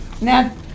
now